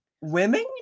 women